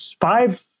five